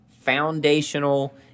foundational